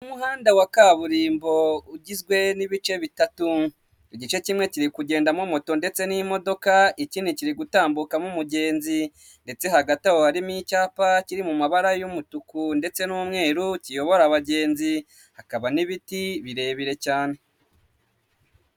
Umuhanda wa kaburimbo ugizwe n'ibice bitatu, igice kimwe kiri kugendamo moto ndetse n'imodoka, ikindi kiri gutambukamo umugenzi ndetse ha hagati aho harimo icyapa kiri mu mabara y'umutuku ndetse n'umweru kiyobora abagenzi hakaba n'ibiti birebire cyane.